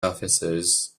officers